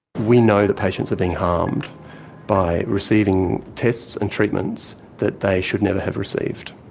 we know that patients are being harmed by receiving tests and treatments that they should never have received.